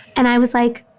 and i was like.